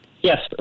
Yes